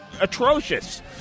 atrocious